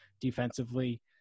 defensively